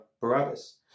barabbas